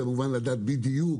קשה כמובן לדעת בדיוק,